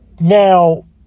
Now